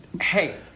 Hey